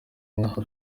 nk’aho